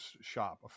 shop